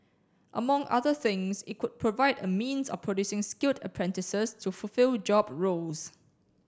among other things it could provide a means of producing skilled apprentices to fulfill job roles